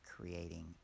creating